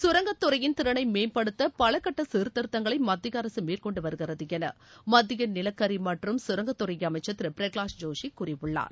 கரங்கத்துறையின் திறளை மேம்படுத்த பல கட்ட சீர்திருத்தங்களை மத்திய அரசு மேற்கொண்டு வருகிறது என மத்திய நிலக்கரி மற்றும் சுரங்கத்துறை அமைச்சர் திரு பிரகலாத் ஜோஷி கூறியுள்ளார்